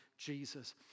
Jesus